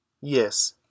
Yes